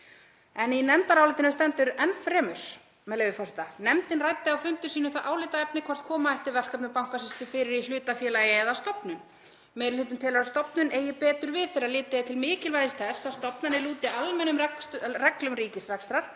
En í nefndarálitinu stendur enn fremur, með leyfi forseta: „Nefndin ræddi á fundum sínum það álitaefni hvort koma ætti verkefnum Bankasýslu fyrir í hlutafélagi eða stofnun. Meiri hlutinn telur að stofnun eigi betur við þegar litið er til mikilvægis þess að stofnanir lúti almennum reglum ríkisrekstrar,